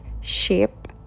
shape